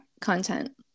content